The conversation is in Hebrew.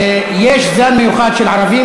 יש זן מיוחד של ערבים,